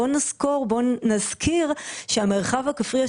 בואו נזכיר שהמרחב הכפרי,